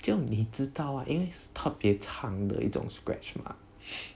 就你知道 ah 因为特别长的一种 scratch mah